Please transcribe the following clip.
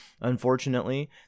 Unfortunately